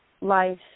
life